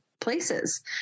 places